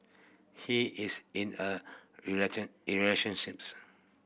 he is in a relationships